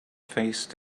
phase